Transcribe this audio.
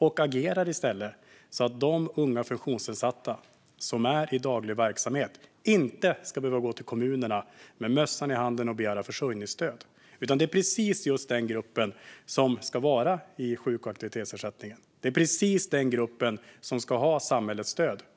Han borde i stället agera så att de unga funktionsnedsatta som är i daglig verksamhet inte ska behöva gå till kommunerna med mössan i handen och begära försörjningsstöd. Det är precis just den gruppen som ska vara i sjuk och aktivitetsersättningen. Det är precis den gruppen som ska ha samhällets stöd.